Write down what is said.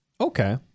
Okay